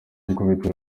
ikubitiro